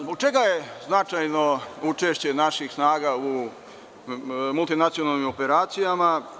Zbog čega je značajno učešće naših snaga u multinacionalnim operacijama?